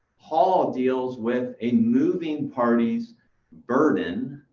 hall deals with a moving party's burden